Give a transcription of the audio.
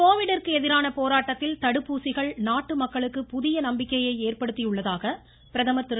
கோவிடிற்கு எதிரான போராட்டத்தில் தடுப்பூசிகள் நாட்டு மக்களுக்கு புதிய நம்பிக்கையை ஏற்படுத்தியுள்ளதாக பிரதமர் திரு